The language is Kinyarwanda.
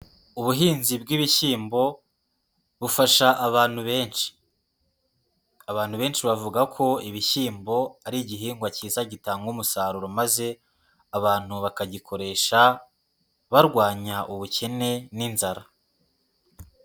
Ubuhinzi bwi'ibishyimbo bufasha benshi, abantu benshi bavuga ko ibishyimbo ari igihingwa cyiza gitanga umusaruro, maze abantu bakagikoresha barwanya ubukene n'inzara.